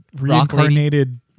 reincarnated